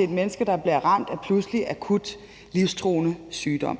et menneske, der bliver ramt af akut livstruende sygdom.